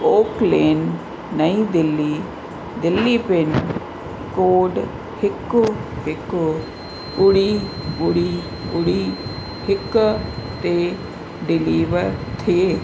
ओकलेन Nai Delhi Delhi pincode हिकु हिकु ॿुड़ी ॿुड़ी ॿुड़ी हिक ते डिलीवर थिए